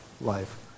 life